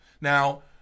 now